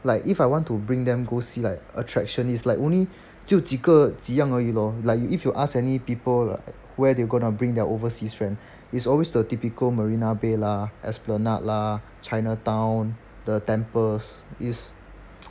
like if I want to bring them go see like attraction is like only 只有几个几样而已 lor like if you ask any people like where they're gonna bring their overseas friend it's always the typical marina bay lah esplanade lah chinatown the temples is